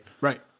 right